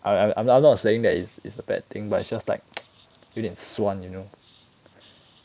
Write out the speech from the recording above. I I'm not I'm not saying that it it's a bad thing but it's just like 有点酸 you know